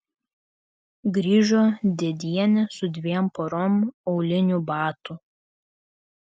grįžo dėdienė su dviem porom aulinių batų